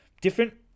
Different